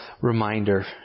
reminder